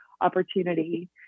opportunity